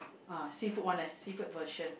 uh seafood one eh seafood version